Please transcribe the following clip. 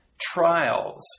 trials